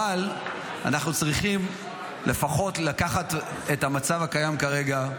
אבל אנחנו צריכים לפחות לקחת את המצב הקיים כרגע,